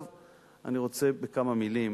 אני רוצה כמה מלים,